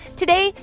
today